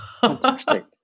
Fantastic